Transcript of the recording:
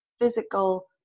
physical